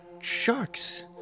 sharks